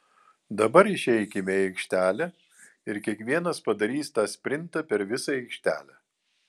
dabar išeikime į aikštelę ir kiekvienas padarys tą sprintą per visą aikštelę